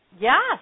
Yes